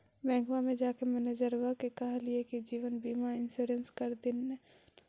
बैंकवा मे जाके मैनेजरवा के कहलिऐ कि जिवनबिमा इंश्योरेंस कर दिन ने?